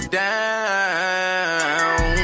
down